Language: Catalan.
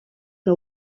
que